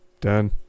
done